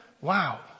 wow